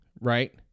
Right